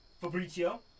Fabrizio